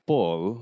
Paul